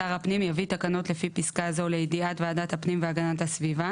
שר הפנים יביא תקנות לפי פסקה זו לידיעת ועדת הפנים והגנת הסביבה